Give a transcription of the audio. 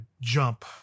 jump